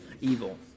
evil